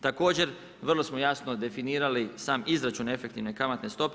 Također, vrlo smo jasno definirali sam izračun efektivne kamatne stope.